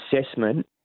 assessment